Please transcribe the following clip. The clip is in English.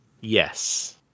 Yes